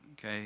Okay